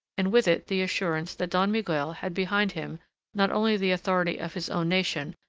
and with it the assurance that don miguel had behind him not only the authority of his own nation,